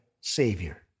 Savior